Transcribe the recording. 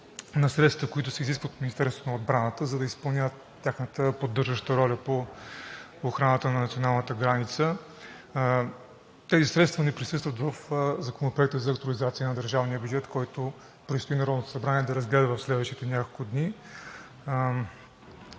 – средствата, които се изискват от Министерството на отбраната, за да изпълнят тяхната поддържаща роля по охраната на националната граница. Тези средства не присъстват в Законопроекта за актуализация на държавния бюджет, който предстои Народното събрание да разгледа в следващите няколко дни.